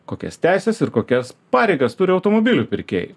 kokias teises ir kokias pareigas turi automobilių pirkėjai